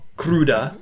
cruda